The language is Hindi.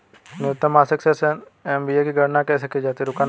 न्यूनतम मासिक शेष एम.ए.बी की गणना कैसे की जाती है?